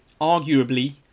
arguably